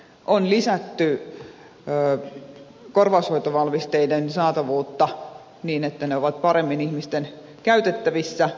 on lisätty korvaushoitovalmisteiden saatavuutta niin että ne ovat paremmin ihmisten käytettävissä